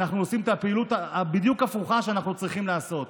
אנחנו עושים את הפעילות ההפוכה בדיוק מזו שאנחנו צריכים לעשות.